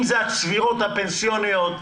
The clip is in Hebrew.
אם אלה הצבירות הפנסיוניות,